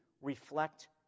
reflect